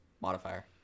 modifier